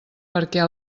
perquè